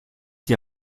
dir